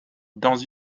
dans